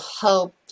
help